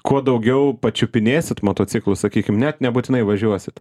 kuo daugiau pačiupinėsit motociklus sakykim net nebūtinai važiuosit